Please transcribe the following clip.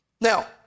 Now